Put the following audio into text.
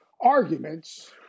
arguments